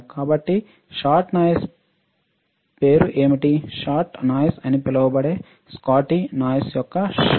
కాబట్టి shot noise పేరు ఏమిటి షాట్ నాయిస్ అని కూడా పిలువబడే షాట్కీ నాయిస్ యొక్క షాట్